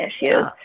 issues